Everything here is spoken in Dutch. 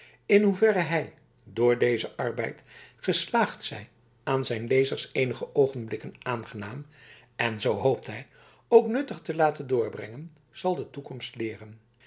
in hoeverre hij door dezen arbeid geslaagd zij aan zijn lezers eenige oogenblikken aangenaam en zoo hij hoopt ook nuttig te laten doorbrengen zal de toekomst leeren